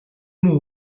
муу